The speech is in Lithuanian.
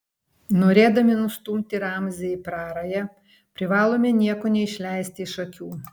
norėdami nustumti ramzį į prarają privalome nieko neišleisti iš akių